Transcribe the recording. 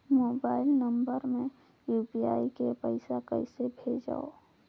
Mobile number मे UPI ले पइसा कइसे भेजवं?